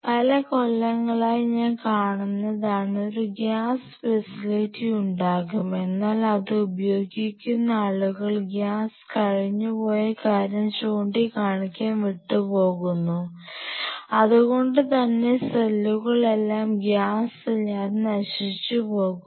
പല കൊല്ലങ്ങളായി ഞാൻ കാണുന്നതാണ് ഒരു ഗ്യാസ് ഫെസിലിറ്റി ഉണ്ടാകുംഎന്നാൽ അത് ഉപയോഗിക്കുന്ന ആളുകൾ ഗ്യാസ് കഴിഞ്ഞുപോയ കാര്യം ചൂണ്ടിക്കാണിക്കാൻ വിട്ടുപോകുന്നു അതുകൊണ്ടുതന്നെ സെല്ലുകൾ എല്ലാം ഗ്യാസ് ഇല്ലാതെ നശിച്ച പോകുന്നു